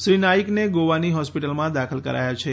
શ્રી નાઇકને ગોવાની હોસ્પિટલમાં દાખલ કરાયા છે